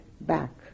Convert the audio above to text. back